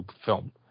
film